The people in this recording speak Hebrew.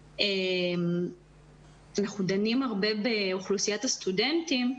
שאנחנו דנים הרבה באוכלוסיית הסטודנטים.